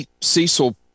Cecil